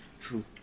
True